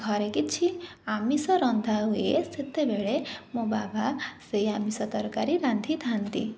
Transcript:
ଘରେ କିଛି ଆମିଷ ରନ୍ଧାହୁଏ ସେତେବେଳେ ମୋ ବାବା ସେହି ଆମିଷ ତରକାରୀ ରାନ୍ଧିଥାଆନ୍ତି